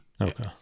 Okay